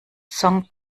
song